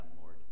Lord